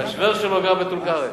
שה"שווער" שלו גר בטול-כרם.